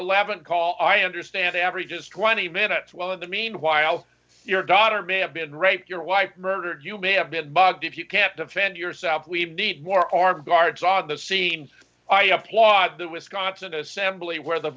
call i understand averages twenty minutes well in the meanwhile your daughter may have been raped your wife murdered you may have been bugged if you can't defend yourself we've need more our guards on the scene i applaud the wisconsin assembly where the